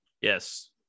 Yes